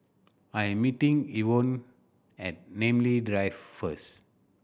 I am meeting Evonne at Namly Drive first